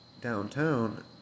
downtown